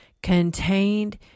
Contained